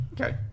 Okay